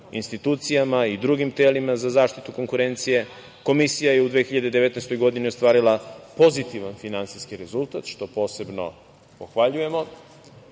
institucijama i drugim telima za zaštitu konkurencije. Komisija je u 2019. godini ostvarila pozitivan finansijski rezultat, što posebno pohvaljujemo.